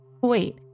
Wait